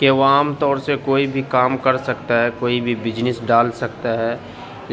کہ وہ عام طور سے کوئی بھی کام کر سکتا ہے کوئی بھی بجنس ڈال سکتا ہے